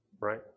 right